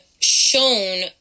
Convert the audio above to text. shown